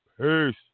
peace